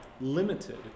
limited